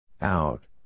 Out